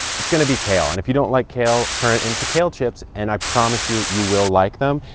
it's going to be kale. and if you don't like kale, turn it into kale chips and i promise you, you will like them.